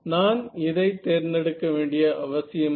நான் இதை தேர்ந்தெடுக்க வேண்டிய அவசியமில்லை